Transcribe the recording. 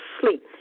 sleep